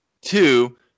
two